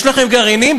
יש לכם גרעינים?